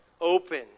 open